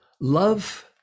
love